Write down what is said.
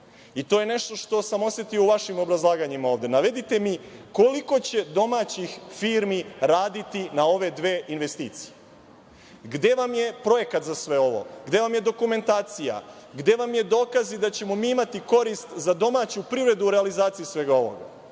To je nešto što sam osetio u vašim obrazlaganjima ovde. Navedite mi koliko će domaćih firmi raditi na ove dve investicije. Gde vam je projekat za sve ovo? Gde vam je dokumentacija? Gde su vam dokazi da ćemo mi imati korist za domaću privredu u realizaciji svega ovoga?